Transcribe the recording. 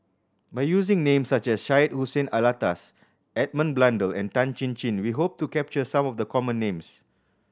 by using names such as Syed Hussein Alatas Edmund Blundell and Tan Chin Chin we hope to capture some of the common names